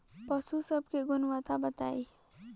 पशु सब के गुणवत्ता बताई?